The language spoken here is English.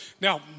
Now